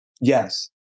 Yes